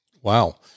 Wow